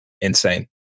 insane